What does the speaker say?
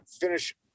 finish